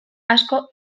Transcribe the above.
asko